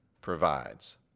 provides